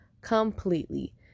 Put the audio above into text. completely